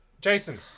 Jason